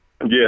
yes